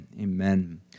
Amen